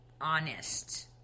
Honest